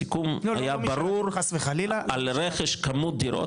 הסיכום היה ברור על רכש כמות דירות,